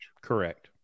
Correct